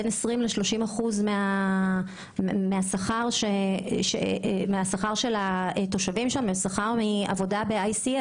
20%-30% משכר התושבים שם הוא מהעבודה ב-ICL.